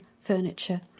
furniture